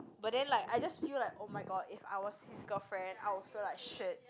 but then like I just feel like oh-my-god if I was his girlfriend I will feel like shit